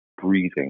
breathing